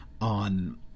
on